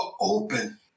open